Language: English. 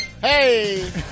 Hey